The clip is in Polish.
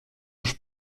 już